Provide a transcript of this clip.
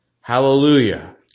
Hallelujah